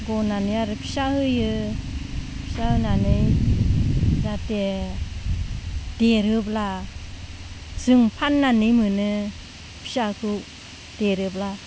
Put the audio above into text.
गनानै आरो फिसा होयो फिसा होनानै जाहाथे देरोब्ला जों फाननानै मोनो फिसाखौ देरोब्ला